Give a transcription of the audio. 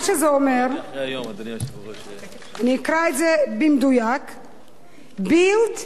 מה שזה אומר, אני אקרא את זה במדויק: Build,